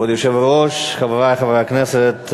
כבוד היושב-ראש, חברי חברי הכנסת,